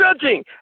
judging